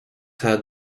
had